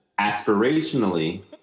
Aspirationally